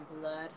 blood